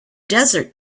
desert